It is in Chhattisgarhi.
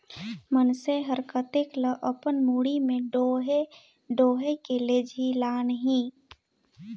मइनसे हर कतेक ल अपन मुड़ी में डोएह डोएह के लेजही लानही